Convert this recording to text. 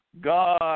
God